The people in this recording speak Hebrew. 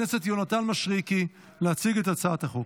הכנסת יונתן מישרקי להציג את הצעת החוק.